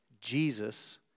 Jesus